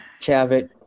Cavett